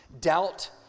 Doubt